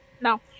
No